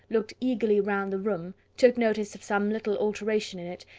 looked eagerly round the room, took notice of some little alteration in it,